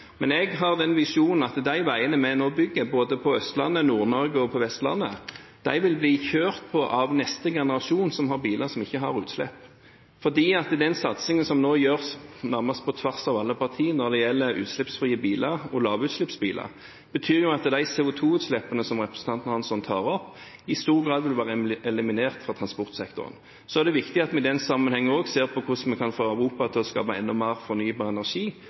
veiene vi nå bygger, både på Østlandet, i Nord-Norge og på Vestlandet, vil bli kjørt på av neste generasjon, som har biler som ikke har utslipp. Den satsingen som nå gjøres – nærmest på tvers av alle partiene – når det gjelder utslippsfrie biler og lavutslippsbiler, innebærer jo at de CO2-utslippene som representanten Hansson tar opp, i stor grad vil være eliminert fra transportsektoren. Så er det viktig at vi i den sammenheng også ser på hvordan vi kan få Europa til å skape enda mer fornybar energi,